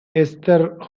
esther